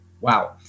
Wow